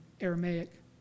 Aramaic